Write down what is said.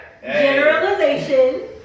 Generalization